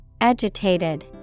Agitated